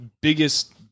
biggest